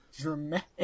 Dramatic